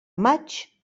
maig